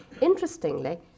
Interestingly